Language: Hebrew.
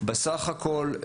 בסך הכול,